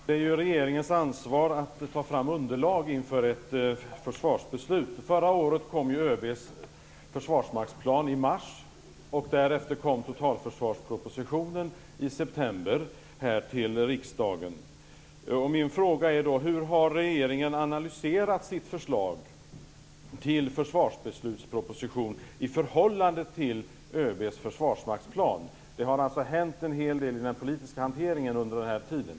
Fru talman! Det är ju regeringens ansvar att ta fram underlag inför ett försvarsbeslut. Förra året kom ÖB:s försvarsmaktsplan i mars, och därefter kom totalförsvarspropositionen i september till riksdagen. Min fråga blir då: Hur har regeringen analyserat sitt förslag till försvarsbeslut i förhållande till ÖB:s försvarsmaktsplan? Det har alltså hänt en hel del i den politiska hanteringen under den här tiden.